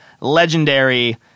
Legendary